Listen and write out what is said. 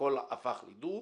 שהכול הפך לדו,